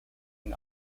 and